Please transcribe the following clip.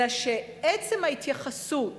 אלא שעצם ההתייחסות